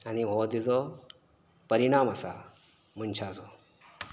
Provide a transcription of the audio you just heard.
आनी हो तेजो परिणाम आसा मनशांचो